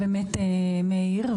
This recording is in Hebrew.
מאיר,